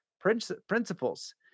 principles